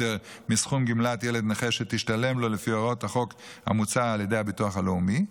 מסכום גמלת ילד נכה שתשתלם לו לפי הוראות החוק המוצע על ידי הביטוח הלאומי,